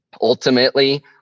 ultimately